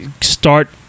start